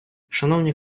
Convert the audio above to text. шановні